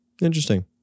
Interesting